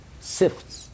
sifts